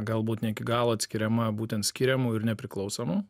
galbūt ne iki galo atskiriama būtent skiriamų ir nepriklausomų